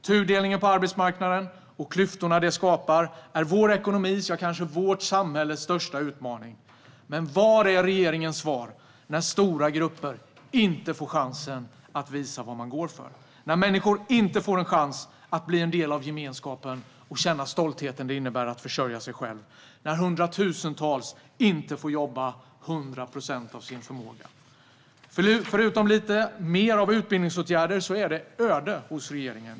Tudelningen på arbetsmarknaden och klyftorna den skapar är vår ekonomis, ja, kanske vårt samhälles, största utmaning. Var är regeringens svar när stora grupper inte får chansen att visa vad de går för, när människor inte får en chans att bli en del av gemenskapen och känna stoltheten det innebär att försörja sig själva, när hundratusentals inte får jobba 100 procent av sin förmåga? Förutom lite mer av utbildningsåtgärder är det öde hos regeringen.